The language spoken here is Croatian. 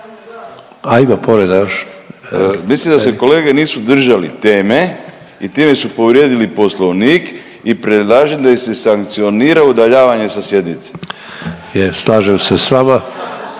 Erik (Nezavisni)** Mislim da se kolege nisu držali teme i time su povrijedi poslovnik i predlažem da ih se sankcionira udaljavanjem sa sjednice. **Sanader, Ante